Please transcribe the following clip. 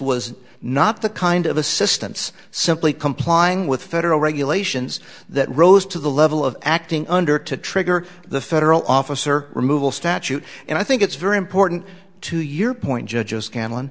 was not the kind of assistance simply complying with federal regulations that rose to the level of acting under to trigger the federal officer removal statute and i think it's very important to your point judges